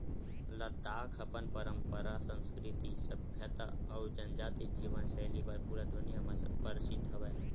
लद्दाख अपन पंरपरा, संस्कृति, सभ्यता अउ जनजाति जीवन सैली बर पूरा दुनिया म परसिद्ध हवय